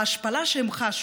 ההשפלה שהם חשו,